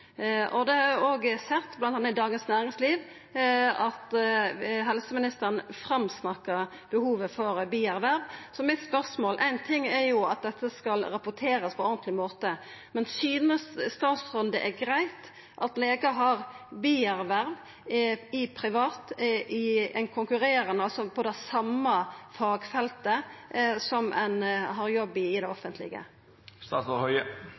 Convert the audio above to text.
sett, bl.a. i Dagens Næringsliv, at helseministeren framsnakkar behovet for bierverv. Så mitt spørsmål er: Ein ting er at dette skal rapporterast på ein ordentleg måte, men synest statsråden det er greitt at legar har bierverv i det private og i det konkurrerande, altså på det same fagfeltet som ein har jobb i i det